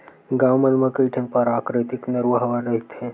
गाँव मन म कइठन पराकिरितिक नरूवा ह रहिथे